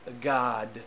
God